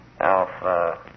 Alpha